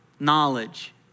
knowledge